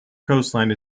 coastline